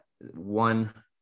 one